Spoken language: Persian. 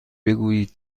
بگویید